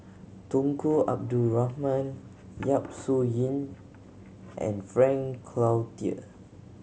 Tunku Abdul Rahman Yap Su Yin and Frank Cloutier